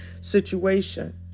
situation